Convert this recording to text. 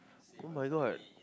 oh-my-god